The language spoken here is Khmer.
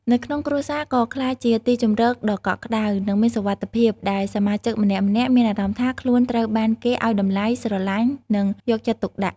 នៅក្នុង គ្រួសារក៏ក្លាយជាទីជម្រកដ៏កក់ក្តៅ និងមានសុវត្ថិភាព ដែលសមាជិកម្នាក់ៗមានអារម្មណ៍ថាខ្លួនត្រូវបានគេឲ្យតម្លៃ ស្រឡាញ់ និងយកចិត្តទុកដាក់។